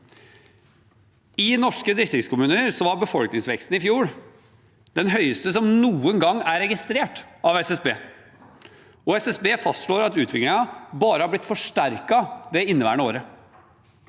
I norske distriktskommuner var befolkningsveksten i fjor den høyeste som noen gang er registrert av SSB. De fastslår at utviklingen bare har blitt forsterket det inneværende året.